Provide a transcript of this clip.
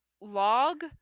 log